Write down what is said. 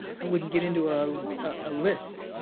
i wouldn't get into a ah list